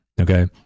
okay